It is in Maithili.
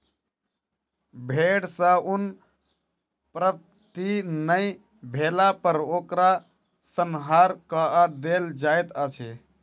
भेड़ सॅ ऊन प्राप्ति नै भेला पर ओकर संहार कअ देल जाइत अछि